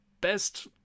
best